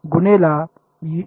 तर गुणेला आहे